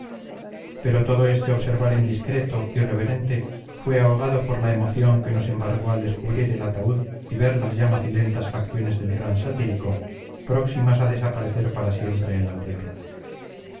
pero todo este observar indiscreto irreverente fue ahogado por la emoción que nos embargó al descubrir el ataúd y ver las ya macilentas facciones del gran satírico próximas a desaparecer para siempre en la tierra